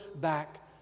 back